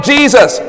Jesus